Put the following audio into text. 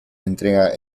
entrega